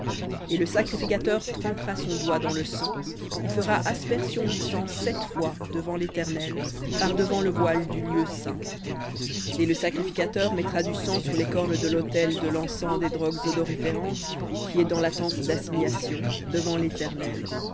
et le sacrificateur trempera son doigt dans le sang et fera aspersion du sang sept fois devant l'éternel par devant le voile du lieu saint et le sacrificateur mettra du sang sur les cornes de l'autel de l'encens des drogues odoriférantes qui est dans la tente d'assignation devant l'éternel